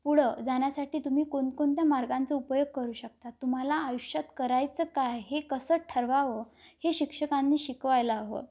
पुढं जाण्यासाठी तुम्ही कोणकोणत्या मार्गांचा उपयोग करू शकता तुम्हाला आयुष्यात करायचं काय हे कसं ठरवावं हे शिक्षकांनी शिकवायला हवं